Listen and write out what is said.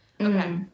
Okay